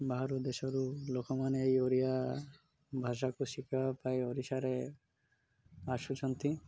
ବାହାର ଦେଶରୁ ଲୋକମାନେ ଏଇ ଓଡ଼ିଆ ଭାଷାକୁ ଶିଖିବା ପାଇଁ ଓଡ଼ିଶାରେ ଆସୁଛନ୍ତି